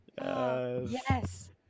yes